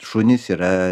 šunys yra